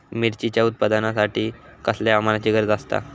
मिरचीच्या उत्पादनासाठी कसल्या हवामानाची गरज आसता?